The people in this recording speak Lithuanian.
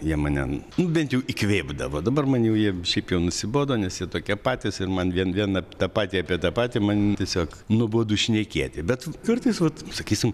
jie mane nu bent jau įkvėpdavo dabar man jau jie šiaip jau nusibodo nes jie tokie patys ir man vien vien ap patį apie tą patį man tiesiog nuobodu šnekėti bet kartais vat sakysim